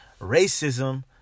Racism